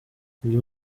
uyu